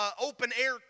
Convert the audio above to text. open-air